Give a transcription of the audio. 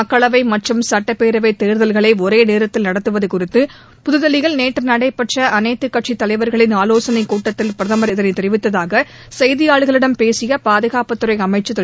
மக்களவை மற்றும் சட்டப்பேரவை தேர்தல்களை ஒரே நேரத்தில் நடத்துவது குறித்து புதுதில்லியில் நேற்று நடைபெற்ற அனைத்துக் கட்சித் தலைவர்களின் ஆலோசனைக் கூட்டத்தில் பிரதமர் இதனை தெரிவித்ததாக பின்னர் செய்தியாளர்களிடம் பேசிய பாதுகாப்புத்துறை அமைச்சர் திரு